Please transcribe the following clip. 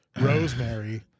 rosemary